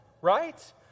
right